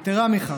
יתרה מכך,